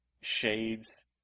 Shades